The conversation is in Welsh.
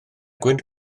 gwynt